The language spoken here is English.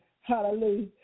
Hallelujah